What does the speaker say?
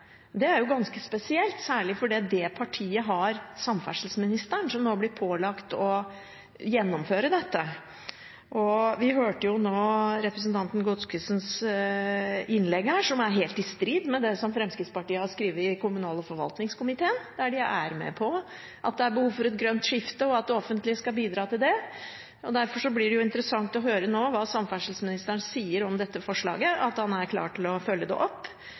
dette. Det er ganske spesielt, særlig fordi det partiet har samferdselsministeren, som nå blir pålagt å gjennomføre dette. Vi hørte nå representanten Godskesens innlegg, som er helt i strid med det Fremskrittspartiet er med på i kommunal- og forvaltningskomiteen, der de er med på at det er behov for et grønt skifte, og at det offentlige skal bidra til det. Derfor blir det interessant å høre hva samferdselsministeren sier om dette forslaget, om han er klar til å følge det opp